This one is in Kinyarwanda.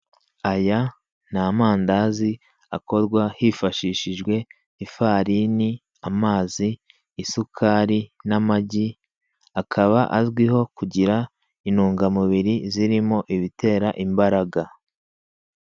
Aya ni amandazi akorwa hifashishijwe: ifarini, amazi, isukari, n'amagi; akaba azwi ho kugira intungamubiri zirimo ibitera imbaraga.